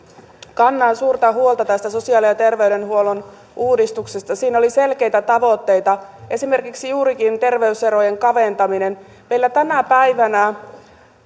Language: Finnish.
kannan suurta huolta tästä sosiaali ja terveydenhuollon uudistuksesta siinä oli selkeitä tavoitteita esimerkiksi juurikin terveyserojen kaventaminen meillä tänä päivänä